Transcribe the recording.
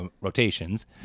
rotations